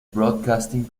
broadcasting